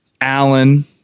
Allen